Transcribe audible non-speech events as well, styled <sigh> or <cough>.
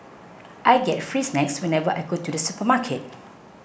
<noise> I get free snacks whenever I go to the supermarket